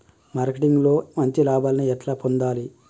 Marketing లో మంచి లాభాల్ని ఎట్లా పొందాలి?